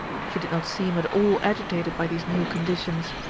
she did not seem at all agitated by these new conditions.